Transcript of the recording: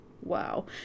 wow